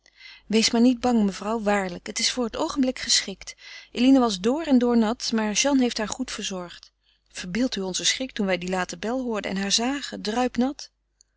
wees maar niet bang mevrouw waarlijk het is voor het oogenblik geschikt eline was door en doornat maar jeanne heeft haar goed verzorgd verbeeld u onzen schrik toen wij die late bel hoorden en haar zagen druipnat